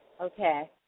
Okay